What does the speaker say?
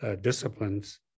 Disciplines